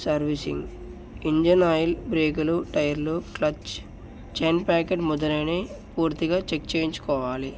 servicing engine oil బ్రేకులు టైర్లు clutch chain sprocket మొదలని పూర్తిగా చెక్ చేయించుకోవాలి